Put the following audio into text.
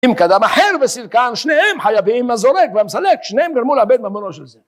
אם קדם אחר וסרקן שניהם חייבים לסולק ולמסלק שניהם גרמו לאבד ממונו של זה